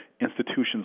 institutions